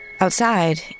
Outside